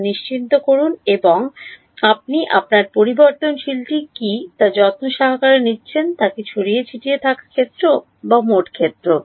তা নিশ্চিত করুন যে আপনি আপনার পরিবর্তনশীলটি কী তা যত্ন সহকারে নিচ্ছেন তা কি ছড়িয়ে ছিটিয়ে থাকা ক্ষেত্র বা মোট ক্ষেত্র